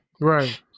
right